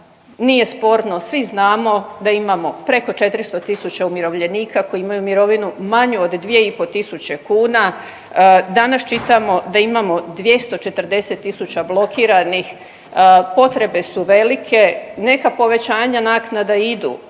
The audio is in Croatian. nije sporno svi znamo da imamo preko 400 tisuća umirovljenika koji imaju mirovinu manju od 2500 kuna. Danas čitamo da imamo 240 tisuća blokiranih, potrebe su velike, neka povećanja naknada idu.